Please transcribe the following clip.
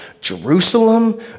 Jerusalem